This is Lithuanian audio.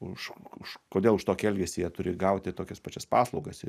už už kodėl už tokį elgesį jie turi gauti tokias pačias paslaugas